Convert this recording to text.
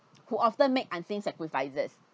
who often make unseen sacrifices